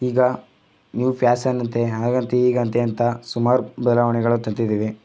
ಈಗ ನೀವು ಫ್ಯಾಸನ್ ಅಂತೆ ಹಾಗಂತೆ ಹೀಗಂತೆ ಅಂತ ಸುಮಾರು ಬದಲಾವಣೆಗಳು ತಂದಿದ್ದೇವೆ